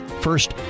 First